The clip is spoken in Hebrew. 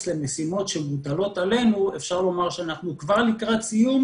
למשימות שמוטלות עלינו אפשר לומר שאנחנו כבר לקראת סיום.